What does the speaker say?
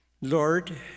Lord